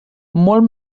molt